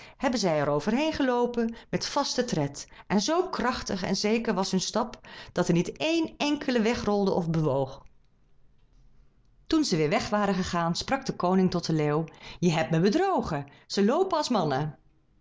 hebben zij er over geloopen met vasten tred en z krachtig en zeker was hun stap dat er niet een enkele wegrolde of bewoog toen zij weer weg waren gegaan sprak de koning tot den leeuw je hebt mij bedrogen zij loopen als mannen